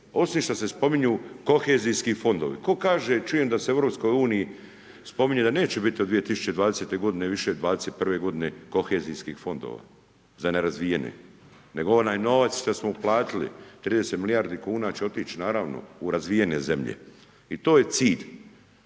osim što se spominju kohezijski fondovi, tko kaže čujem da se u EU spominje da neće biti do 2020 g. više '21. g. kohezijskih fondova za nerazvijene. Nego onaj novac što smo uplatili 30 milijardi kn će otići naravno u razvijene zemlje i to je cilj.